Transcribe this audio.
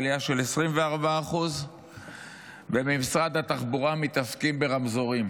עלייה של 24%. ובמשרד התחבורה מתעסקים ברמזורים.